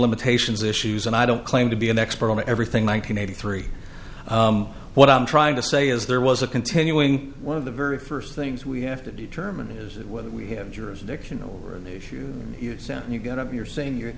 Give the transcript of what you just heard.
limitations issues and i don't claim to be an expert on everything one nine hundred eighty three what i'm trying to say is there was a continuing one of the very first things we have to determine is whether we have jurisdiction over the issue you send you've got to be you're saying you're